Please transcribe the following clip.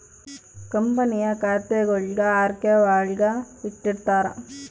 ಕಂಪನಿಯ ಖಾತೆಗುಳ್ನ ಆರ್ಕೈವ್ನಾಗ ಇಟ್ಟಿರ್ತಾರ